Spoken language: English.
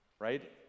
right